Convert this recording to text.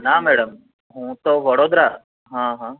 ના મેડમ હું તો વડોદરા હા હા